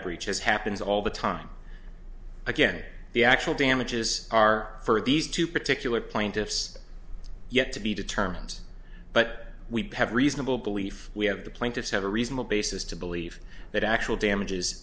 breach as happens all the time again the actual damages are for these two particular plaintiffs yet to be determined but we have reasonable belief we have the plaintiffs have a reasonable basis to believe that actual damages